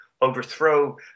overthrow